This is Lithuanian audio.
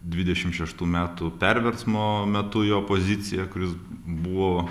dvidešim šeštų metų perversmo metu jo pozicija kur jis buvo